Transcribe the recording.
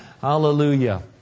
Hallelujah